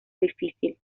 difícil